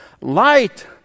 Light